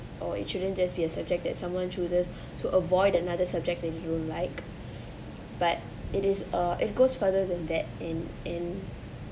or it shouldn't just be a subject that someone chooses to avoid another subject that you like but it is uh it goes further than that and and